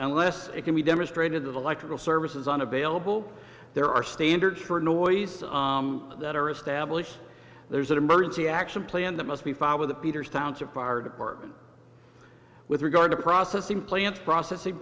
unless it can be demonstrated that electrical service is unavailable there are standards for noise that are established there's an emergency action plan that must be filed with the peters towns of fire department with regard to processing plants processing